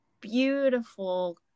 beautiful